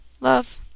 Love